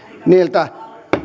niiltä